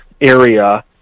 area